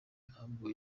ntabwo